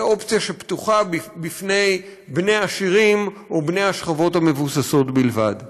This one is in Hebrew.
אופציה שפתוחה לפני בני עשירים או בני השכבות המבוססות בלבד.